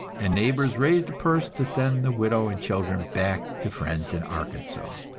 and neighbors raised a purse to send the widow and children back to friends in arkansas.